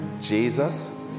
Jesus